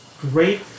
great